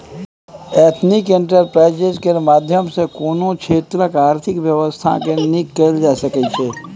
ethnic enterprise केर माध्यम सँ कोनो क्षेत्रक आर्थिक बेबस्था केँ नीक कएल जा सकै छै